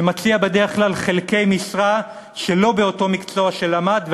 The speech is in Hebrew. שמציע בדרך כלל חלקי משרה ולא במקצוע שנלמד,